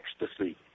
ecstasy